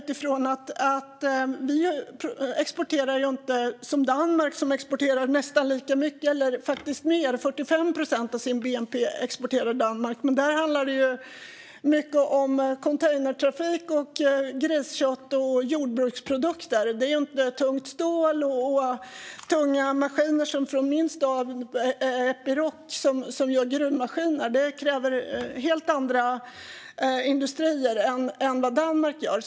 Vi exporterar inte som Danmark, som exporterar nästan lika mycket eller mer, 45 procent av sin bnp. Men där handlar det mycket om containertrafik, griskött och jordbruksprodukter. Det är inte tungt stål och tunga maskiner som i min hemstad med Epiroc, som gör grundmaskiner. Det är kräver helt andra industrier än vad Danmark har.